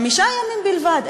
חמישה ימים בלבד.